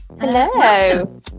Hello